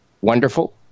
wonderful